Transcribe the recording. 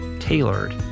tailored